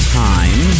time